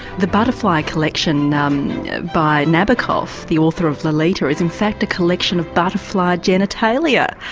the butterfly collection by nabokov, the author of lolita, is in fact a collection of butterfly genitalia.